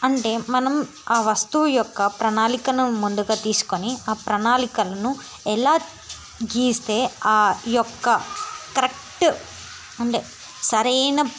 అంటే మనం ఆ వస్తువు యొక్క ప్రణాళికను ముందుగా తీసుకొని ప్రణాళికలను ఎలా గీస్తే ఆ యొక్క కరెక్ట్ అంటే సరైన